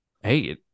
Hey